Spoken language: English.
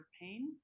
pain